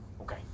Okay